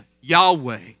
Yahweh